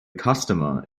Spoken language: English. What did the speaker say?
customer